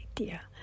idea